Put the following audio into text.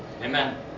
Amen